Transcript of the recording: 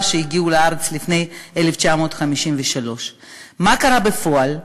שהגיעו לארץ לפני 1953. מה קרה בפועל?